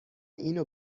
اینو